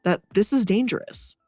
that this is dangerous.